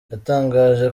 yatangaje